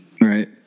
Right